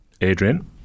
Adrian